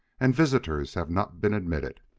and visitors have not been admitted.